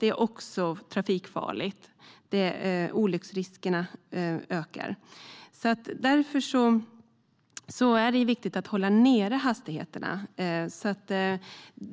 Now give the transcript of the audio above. Det är också trafikfarligt. Olycksriskerna ökar. Därför är det viktigt att hålla nere hastigheterna.